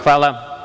Hvala.